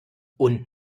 und